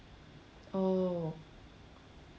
oh